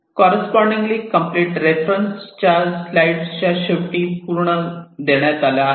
correspondingly complete reference स्लाइड्सच्या शेवटी पूर्णपणे देण्यात आला आहे